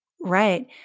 Right